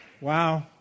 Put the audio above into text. Wow